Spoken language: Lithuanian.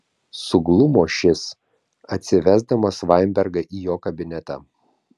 suglumo šis atsivesdamas vainbergą į jo kabinetą